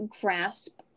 grasp